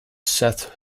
seth